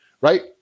right